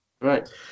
Right